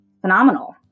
phenomenal